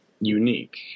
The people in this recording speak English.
unique